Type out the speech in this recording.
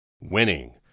winning